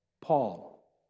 Paul